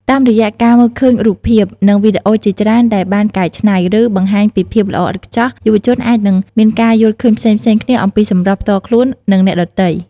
តាមរយៈការមើលឃើញរូបភាព និងវីដេអូជាច្រើនដែលបានកែច្នៃ ឬបង្ហាញពីភាពល្អឥតខ្ចោះ យុវជនអាចនឹងមានការយល់ឃើញផ្សេងៗគ្នាអំពីសម្រស់ផ្ទាល់ខ្លួន និងអ្នកដទៃ។